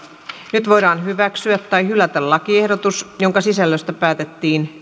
nyt voidaan hyväksyä tai hylätä lakiehdotus jonka sisällöstä päätettiin